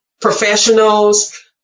professionals